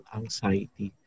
anxiety